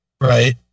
Right